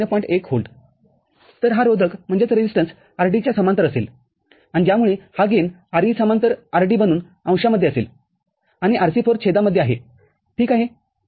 १V तर हा रोधक rd च्या समांतर असेल आणि ज्यामुळे हा गेन Re समांतर rd बनून अंशामध्ये असेल आणि Rc4 छेदामध्ये आहेठीक आहे